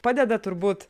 padeda turbūt